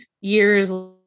years